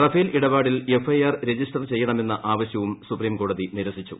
Rafale ഇടപാടിൽ F I R register ചെയ്യണമെന്ന ആവശ്യവും സൂപ്രീംകോടതി നിരസിച്ചു